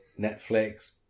Netflix